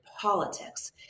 politics